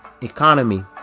economy